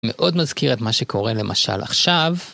מאוד מזכיר את מה שקורה למשל עכשיו.